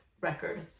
record